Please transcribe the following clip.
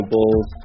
Bulls